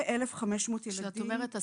ו-1,500 ילדים בפנימיות.